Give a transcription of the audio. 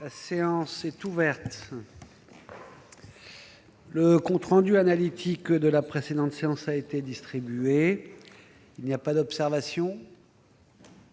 La séance est ouverte. Le compte rendu analytique de la précédente séance a été distribué. Il n'y a pas d'observation ?